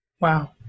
Wow